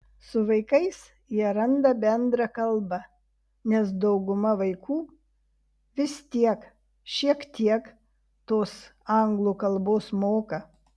su vaikais jie randa bendrą kalbą nes dauguma vaikų vis tiek šiek tiek tos anglų kalbos moka